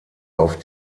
auf